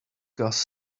gas